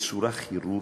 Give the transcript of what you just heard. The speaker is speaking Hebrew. בצורה כירורגית,